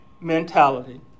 mentality